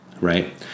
Right